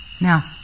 Now